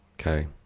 Okay